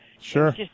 Sure